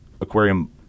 aquarium